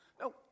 No